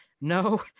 no